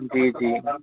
जी जी